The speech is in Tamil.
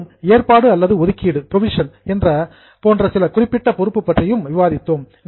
மேலும் ஏற்பாடு அல்லது ஒதுக்கீடு போன்ற சில குறிப்பிட்ட பொறுப்பு பற்றியும் விவாதித்தோம்